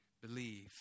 believe